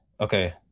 okay